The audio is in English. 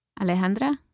Alejandra